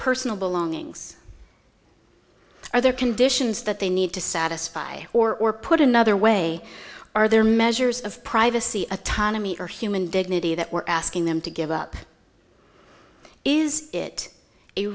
personal belongings are there conditions that they need to satisfy or put another way are there measures of privacy autonomy or human dignity that we're asking them to give up is it a